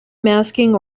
masking